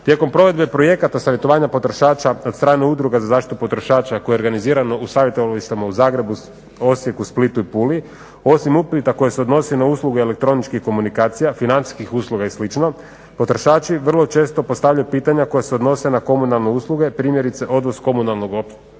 Tijekom provedbe projekata savjetovanja potrošača od strane Udruga za zaštitu potrošača koja organizirano u savjetovalištima u Zagrebu, Osijeku, Splitu i Puli, osim upita koji se odnose na usluge elektroničkih komunikacija, financijskih usluga i sl., potrošači vrlo često postavljaju pitanja koja se odnose na komunalne usluge, primjerice odvoz komunalnog otpada,